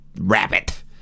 rabbit